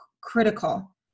critical